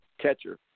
catcher